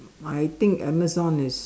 I think Amazon is